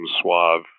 suave